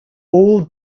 all